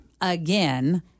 again